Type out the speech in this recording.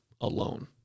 alone